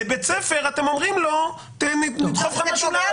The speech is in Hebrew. לבית ספר אתם אומרים לו: נדחוף לך משהו לאף.